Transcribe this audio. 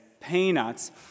peanuts